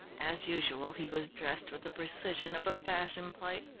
as usual, he was dressed with the precision of a fashion-plate.